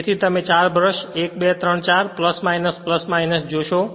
તેથી તમે 4 બ્રશ 1 2 3 4 જોશો